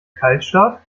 kaltstart